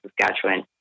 Saskatchewan